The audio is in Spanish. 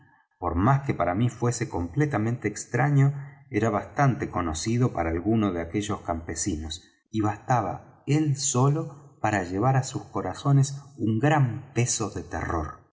por más que para mí fuese completamente extraño era bastante conocido para algunos de aquellos campesinos y bastaba él solo para llevar á sus corazones un gran peso de terror